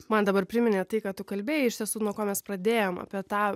man dabar priminė tai ką tu kalbėjai iš tiesų nuo ko mes pradėjom apie tą